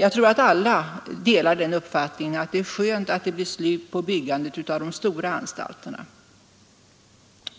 Jag tror att alla delar den uppfattningen att det är skönt att det blir slut på byggandet av de stora anstalterna.